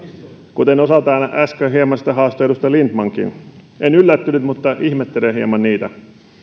osa täällä äsken hieman sitä haastoi edustaja lindtmankin en yllättynyt mutta ihmettelen hieman niitä